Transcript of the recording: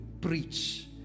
preach